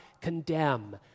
condemn